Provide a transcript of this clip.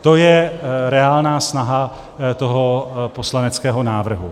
To je reálná snaha toho poslaneckého návrhu.